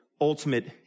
ultimate